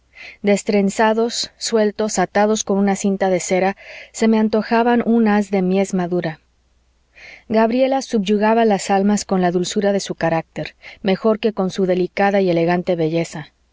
cabellos destrenzados sueltos atados con una cinta de seda se me antojaban un haz de mies madura gabriela subyugaba las almas con la dulzura de su carácter mejor que con su delicada y elegante belleza